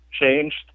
changed